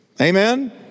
amen